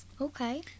Okay